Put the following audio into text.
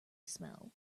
smell